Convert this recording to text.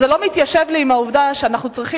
זה לא מתיישב לי עם העובדה שאנחנו צריכים